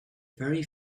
very